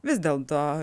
vis dėlto